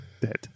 Dead